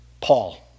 Paul